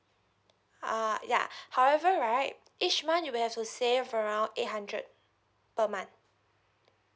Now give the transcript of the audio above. uh ya however right each month you have to save around eight hundred per month